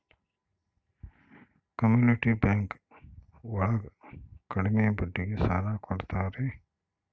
community bank ಒಳಗ ಕಡ್ಮೆ ಬಡ್ಡಿಗೆ ಸಾಲ ಕೊಡ್ತಾರೆ